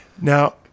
Now